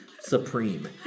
supreme